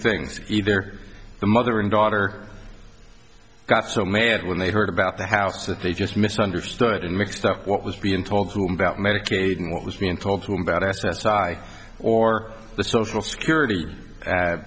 things either a mother and daughter got so mad when they heard about the house that they just misunderstood and mixed up what was being told whom about medicaid and what was being told to him about s s i or the social security